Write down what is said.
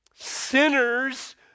Sinners